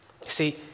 See